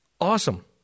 awesome